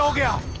ah girl